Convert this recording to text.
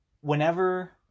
Whenever